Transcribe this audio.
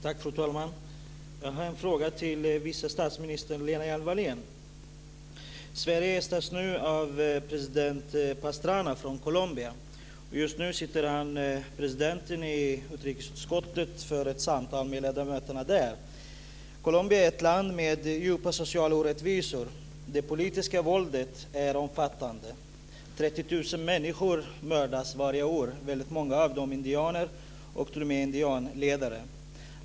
Fru talman! Jag har en fråga till vice statsminister Lena Hjelm Wallén. Sverige gästas nu av president Pastrana från Colombia. Just nu sitter presidenten i utrikesutskottet för ett samtal med ledamöterna där. Colombia är ett land med djupa sociala orättvisor. Det politiska våldet är omfattande. 30 000 människor mördas varje år, väldigt många av dem indianer och t.o.m. indianledare.